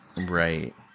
right